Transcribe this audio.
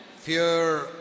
Fear